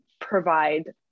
provide